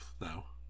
now